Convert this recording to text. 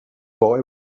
boy